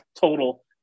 total